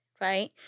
Right